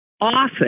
often